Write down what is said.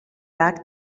back